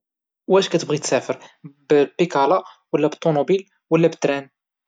واش كتبغي تسافر بالبيكالة ولا بالطوموبيل ولا بالتران؟